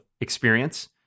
experience